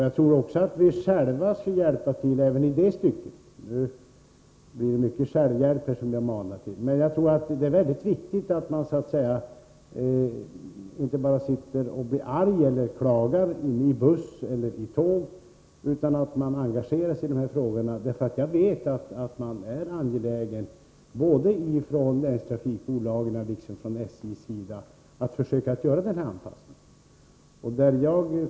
Vidare tror jag att vi själva skulle kunna hjälpa till. Jag manar alltså till sådan hjälp. Det går inte att bara bli arg och sitta och klaga i bussen eller på tåget. I stället måste man, och det är mycket viktigt, engagera sig i de här frågorna. Både länstrafikbolagen och SJ är angelägna om en anpassning.